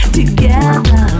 Together